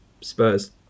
Spurs